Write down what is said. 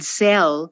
sell